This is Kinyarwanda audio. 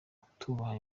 kutubaha